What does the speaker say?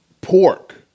pork